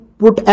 put